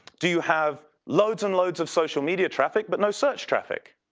do you have loads and loads of social media traffic, but no search traffic?